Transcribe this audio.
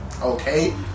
okay